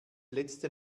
letzte